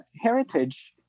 heritage